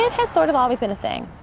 has sort of always been a thing.